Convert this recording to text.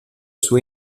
sua